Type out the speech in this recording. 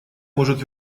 может